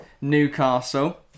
Newcastle